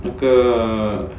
那个